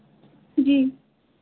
जी